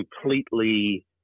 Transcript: completely